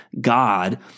God